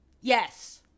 Yes